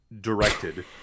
directed